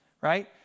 Right